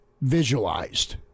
visualized